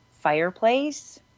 fireplace